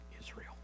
Israel